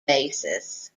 basis